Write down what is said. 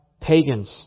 pagans